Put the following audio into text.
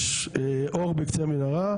יש אור בקצה המנהרה,